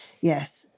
Yes